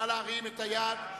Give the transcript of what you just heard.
נא להרים את היד.